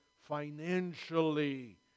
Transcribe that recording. financially